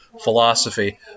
philosophy